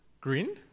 Green